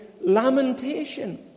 lamentation